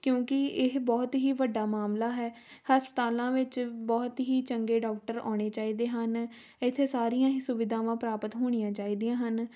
ਕਿਉਂਕਿ ਇਹ ਬਹੁਤ ਹੀ ਵੱਡਾ ਮਾਮਲਾ ਹੈ ਹਸਪਤਾਲਾਂ ਵਿੱਚ ਬਹੁਤ ਹੀ ਚੰਗੇ ਡਾਕਟਰ ਆਉਣੇ ਚਾਹੀਦੇ ਹਨ ਇੱਥੇ ਸਾਰੀਆਂ ਹੀ ਸੁਵਿਧਾਵਾਂ ਪ੍ਰਾਪਤ ਹੋਣੀਆਂ ਚਾਹੀਦੀਆਂ ਹਨ